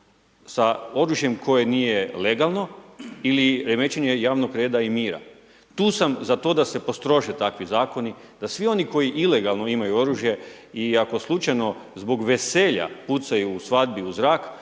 sa oružjem koje nije legalno ili remećenje javnog reda i mira. Tu sam za to da se postrože takvi zakoni da svi oni koji ilegalno imaju oružje i ako slučajno zbog veselja pucaju u svadbi u zrak